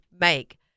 make